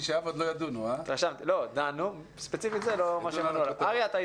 בין אלה ששמרו על ההנחיות וסגרו לבין אלה שהחליטו לפתוח את בתי